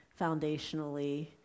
foundationally